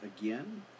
again